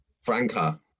franca